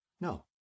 No